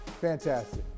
Fantastic